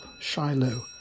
Shiloh